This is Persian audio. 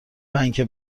پنکه